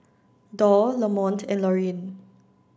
doll Lamont and Laureen